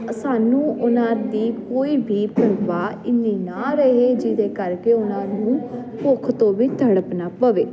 ਸਾਨੂੰ ਉਹਨਾਂ ਦੀ ਕੋਈ ਵੀ ਪਰਵਾਹ ਇੰਨੀ ਨਾ ਰਹੇ ਜਿਹਦੇ ਕਰਕੇ ਉਹਨਾਂ ਨੂੰ ਭੁੱਖ ਤੋਂ ਵੀ ਤੜਪਣਾ ਪਵੇ